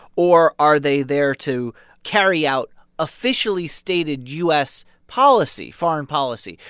or are they there to carry out officially stated u s. policy, foreign policy?